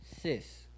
sis